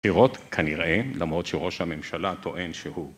בחירות כנראה, למרות שראש הממשלה טוען שהוא.